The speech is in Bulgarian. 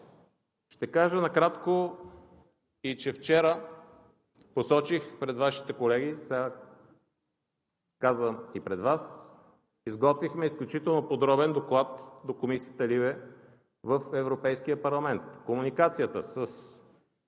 Ще кажа накратко – вчера посочих пред Вашите колеги, сега казвам и пред Вас, изготвихме изключително подробен Доклад до Комисията LIBE в Европейския парламент. Комуникацията с